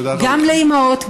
גם לאימהות,